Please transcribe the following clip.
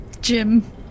Jim